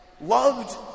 loved